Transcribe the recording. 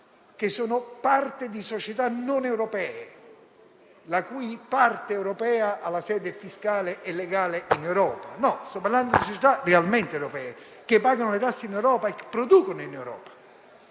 sono parte di società non europee, la cui parte europea ha sede fiscale e legale in Europa; sto parlando di società realmente europee, che pagano le tasse e producono in Europa.